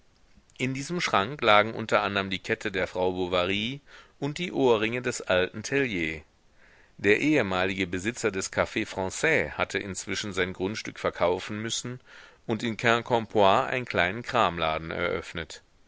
in diesem schrank lagen unter anderm die kette der frau bovary und die ohrringe des alten tellier der ehemalige besitzer des caf franais hatte inzwischen sein grundstück verkaufen müssen und in quincampoix einen kleinen kramladen eröffnet